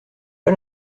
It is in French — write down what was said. pas